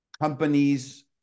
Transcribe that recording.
companies